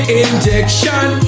injection